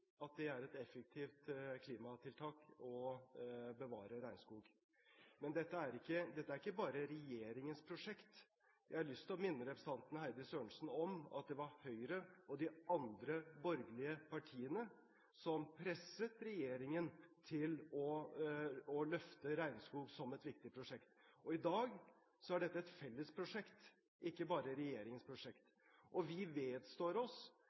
at det er et effektivt klimatiltak å bevare regnskog. Men det er ikke bare regjeringens prosjekt. Jeg har lyst til å minne representanten Heidi Sørensen om at det var Høyre og de andre borgerlige partiene som presset regjeringen til å løfte regnskog som et viktig prosjekt. I dag er dette et fellesprosjekt, ikke bare regjeringens prosjekt. Vi vedstår oss